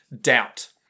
doubt